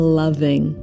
loving